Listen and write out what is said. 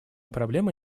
проблема